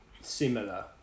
similar